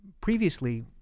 previously